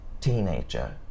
teenager